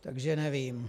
Takže nevím.